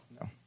no